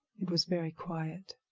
it was very quiet.